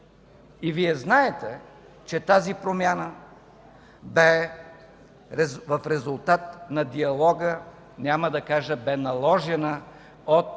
И Вие знаете че тази промяна бе в резултат на диалога, няма да кажа „бе наложена”, от